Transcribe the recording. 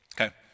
Okay